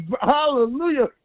Hallelujah